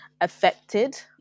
affected